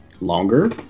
longer